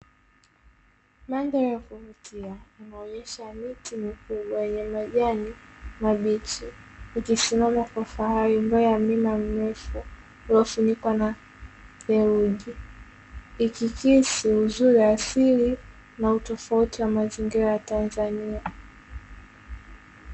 Mandhari ya kuvutia inaonyesha miti mikubwa yenye majani mabichi ikisimama kwa fahari mbale ya mlima mrefu uliofunikwa na theluji, ikihakisi uzuri wa asili na utofauti wa mazingira ya Tanzania.